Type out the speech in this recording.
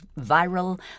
viral